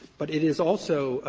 but it is also